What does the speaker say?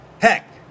Heck